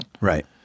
Right